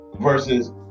versus